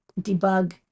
debug